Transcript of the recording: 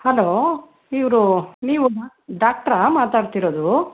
hello ಇವರು ನೀವು ಡಾಕ್ಟ್ರಾ ಮಾತಾಡ್ತಿರೋದು